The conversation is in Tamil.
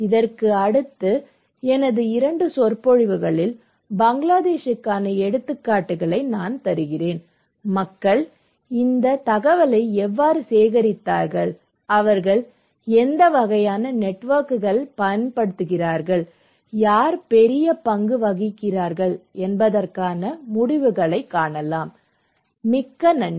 இதற்கு அடுத்த எனது 2 சொற்பொழிவுகளில் பங்களாதேஷுக்கான எடுத்துக்காட்டுகளை நான் தருகிறேன் மக்கள் இந்த தகவலை எவ்வாறு சேகரித்தார்கள் அவர்கள் எந்த வகையான நெட்வொர்க்குகளைப் பயன்படுத்துகிறார்கள் யார் பெரிய பங்கு வகிக்கிறார்கள் என்பதற்கான முடிவுகள் மிக்க நன்றி